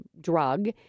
drug